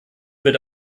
wird